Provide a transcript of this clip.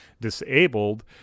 disabled